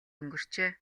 өнгөрчээ